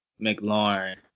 McLaurin